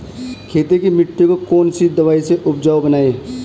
खेत की मिटी को कौन सी दवाई से उपजाऊ बनायें?